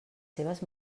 seves